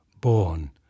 born